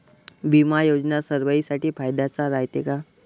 बिमा योजना सर्वाईसाठी फायद्याचं रायते का?